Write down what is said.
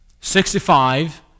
Sixty-five